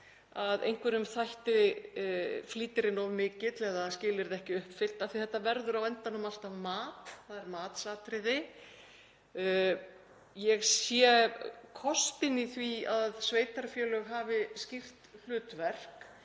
að einhverjum þætti flýtirinn of mikill eða skilyrði ekki uppfyllt af því að þetta verður á endanum alltaf matsatriði. Ég sé kostina í því að sveitarfélög hafi skýrt hlutverk